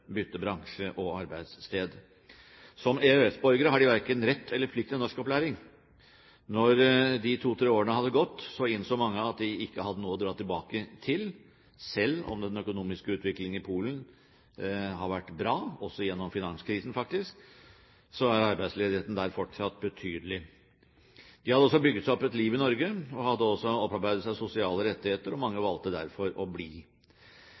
bransje og arbeidssted. Som EØS-borgere har de verken rett eller plikt til norskopplæring. Da de to–tre årene hadde gått, innså mange at de ikke hadde noe å dra tilbake til. Selv om den økonomiske utviklingen i Polen har vært bra, også gjennom finanskrisen, faktisk, er arbeidsledigheten der fortsatt betydelig. De hadde også bygget seg opp et liv i Norge og opparbeidet seg sosiale rettigheter. Mange valgte derfor å bli.